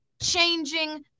Changing